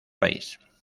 país